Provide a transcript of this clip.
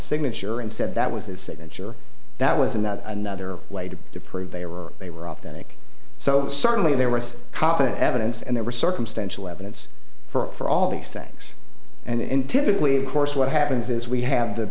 signature and said that was his signature that was in that another way to to prove they were they were authentic so certainly there was profit evidence and there was circumstantial evidence for all these things and in typically of course what happens is we have the